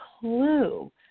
clue